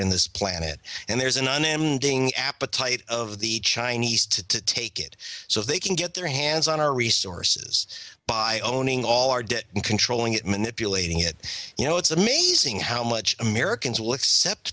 in this planet and there's an ending appetite of the chinese to take it so they can get their hands on our resources by owning all our debt and controlling it manipulating it you know it's amazing how much americans will accept